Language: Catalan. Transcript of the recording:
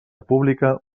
pública